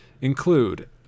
include